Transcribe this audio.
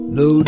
no